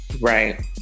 Right